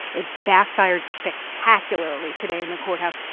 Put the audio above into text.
it backfired spectacularly today in the courthouse.